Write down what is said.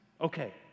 okay